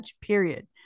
period